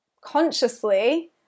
consciously